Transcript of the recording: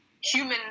human